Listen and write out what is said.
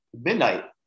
midnight